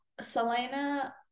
Selena